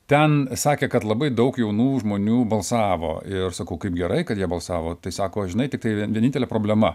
ten sakė kad labai daug jaunų žmonių balsavo ir sakau kaip gerai kad jie balsavo tai sako žinai tiktai vie vienintelė problema